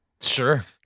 Sure